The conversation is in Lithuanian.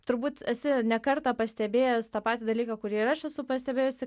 turbūt esi ne kartą pastebėjęs tą patį dalyką kurį ir aš esu pastebėjusi